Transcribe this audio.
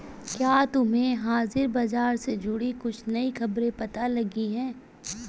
क्या तुम्हें हाजिर बाजार से जुड़ी कुछ नई खबरें पता लगी हैं?